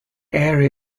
area